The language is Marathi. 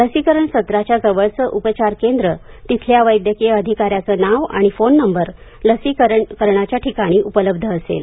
लसीकरण सत्राच्या जवळचं उपचार केंद्रतिथल्यावैद्यकीय अधिकाऱ्याचं नाव आणि फोन नंबर लसीकरणाच्या ठिकाणी उपलब्ध असेल